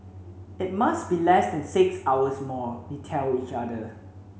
it must be less than six hours more we tell each other